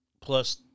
plus